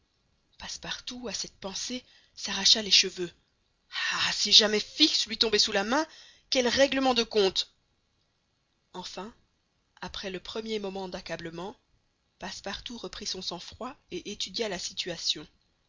passepartout à cette pensée s'arracha les cheveux ah si jamais fix lui tombait sous la main quel règlement de comptes enfin après le premier moment d'accablement passepartout reprit son sang-froid et étudia la situation